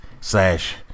slash